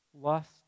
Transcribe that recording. lust